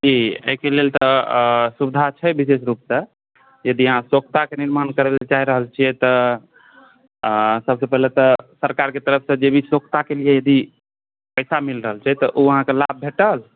जी एहिके लेल तऽसुविधा छै विशेष रूपसँ यदि अहाँ सोख्ताके निर्माण करबै ला चाहि रहल छिऐ तऽ सभसे पाहिले तऽ सरकारके तरफसे जे भी सोख्ताके लिए यदि पैसा मिल रहल छै तऽऊ अहाँकेँ लाभ भेटल